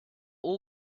all